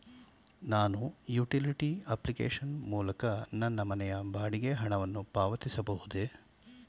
ನಾನು utility application ಮೂಲಕ ನನ್ನ ಮನೆ ಬಾಡಿಗೆ ಹಣವನ್ನು ಪಾವತಿಸಬಹುದೇ?